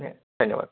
ধন্যবাদ